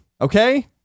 Okay